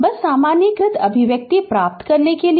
बस सामान्यीकृत अभिव्यक्ति प्राप्त करने के लिए